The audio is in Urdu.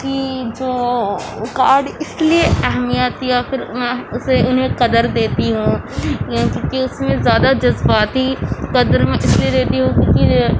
کہ جو کارڈ اس لیے اہمیت یا پھر میں اسے انہیں قدر دیتی ہوں یا کیونکہ اس میں زیادہ جذباتی قدر میں اس لیے دیتی ہوں کیونکہ وہ